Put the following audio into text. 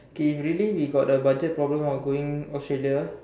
okay if really got the budget problem of going Australia